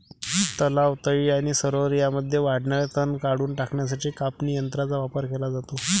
तलाव, तळी आणि सरोवरे यांमध्ये वाढणारे तण काढून टाकण्यासाठी कापणी यंत्रांचा वापर केला जातो